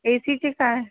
ए C की काय